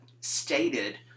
stated